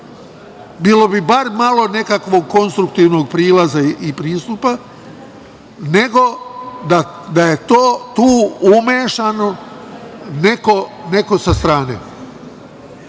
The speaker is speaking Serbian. bilo bi bar malo nekakvog konstruktivnog prilaza i pristupa, nego da je to tu umešano neko sa strane. Ja